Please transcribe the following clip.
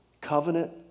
covenant